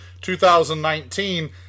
2019